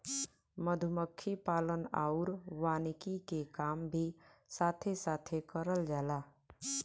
मधुमक्खी पालन आउर वानिकी के काम भी साथे साथे करल जाला